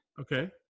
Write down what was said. Okay